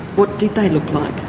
what did they look like?